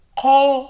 call